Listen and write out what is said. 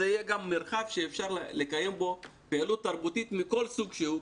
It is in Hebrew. זה יהיה גם מרחב שאפשר לקיים בו פעילות תרבותית מכל סוג שהוא,